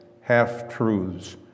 half-truths